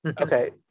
okay